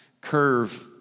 curve